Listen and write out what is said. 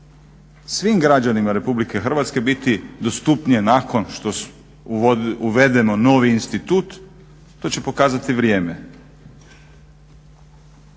svim građanima RH biti dostupnije nakon što uvedemo novi institut, to će pokazati vrijeme.